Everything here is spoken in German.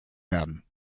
werden